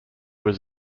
was